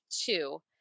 two